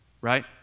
right